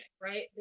right